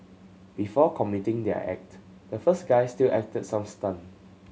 before committing their act the first guy still acted some stunt